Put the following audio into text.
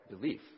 belief